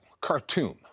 Khartoum